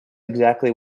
exactly